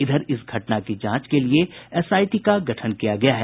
इधर इस घटना की जांच के लिए एसआईटी का गठन किया गया है